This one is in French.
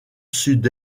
sud